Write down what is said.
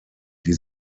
die